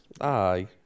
Aye